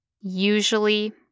usually